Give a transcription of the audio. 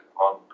on